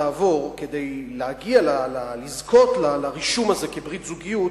לעבור כדי לזכות לרישום הזה כברית זוגיות,